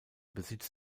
besitz